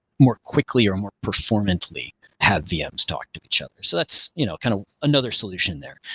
more quickly or more performantly have vm's talk to each other. so that's you know kind of another solution there.